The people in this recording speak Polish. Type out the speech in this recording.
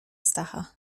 stacha